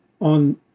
on